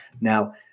Now